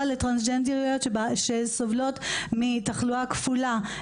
לטרנסג'נדריות שסובלות מתחלואה כפולה,